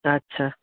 আচ্ছা